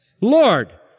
Lord